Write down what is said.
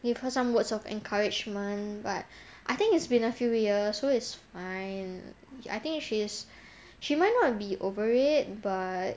give her some words of encouragement but I think it's been a few years so it's fine I think she's she might not be over it but